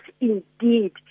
indeed